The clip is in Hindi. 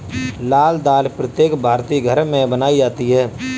लाल दाल प्रत्येक भारतीय घर में बनाई जाती है